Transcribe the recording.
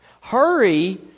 Hurry